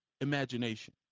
imagination